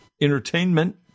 entertainment